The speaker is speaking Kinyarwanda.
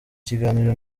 kiganiro